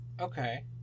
okay